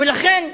ולכן,